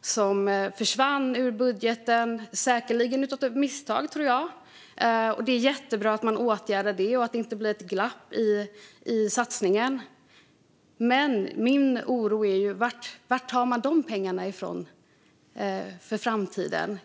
som försvann ur budgeten, säkerligen på grund av ett misstag. Det är jättebra att man åtgärdar det och att det inte blir ett glapp i satsningen. Men min oro gäller varifrån man tar pengarna i framtiden.